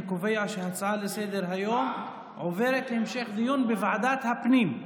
אני קובע שההצעה לסדר-היום עוברת להמשך דיון בוועדת הפנים.